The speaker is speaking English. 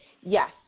yes